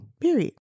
period